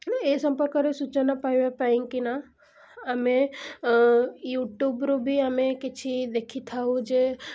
ତେଣୁ ଏ ସମ୍ପର୍କରେ ସୂଚନା ପାଇବା ପାଇଁକିନା ଆମେ ୟୁଟ୍ୟୁବ୍ରୁ ବି ଆମେ କିଛି ଦେଖିଥାଉ ଯେ